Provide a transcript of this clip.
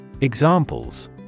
Examples